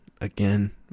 Again